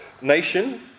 nation